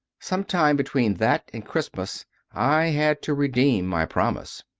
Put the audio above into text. sometime between that and christmas i had to redeem my promise.